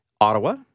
Ottawa